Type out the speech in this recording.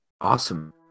Awesome